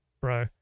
bro